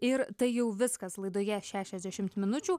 ir tai jau viskas laidoje šešiasdešimt minučių